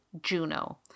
Juno